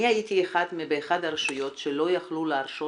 אני הייתי באחת הרשויות שלא יכלו להרשות